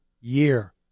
year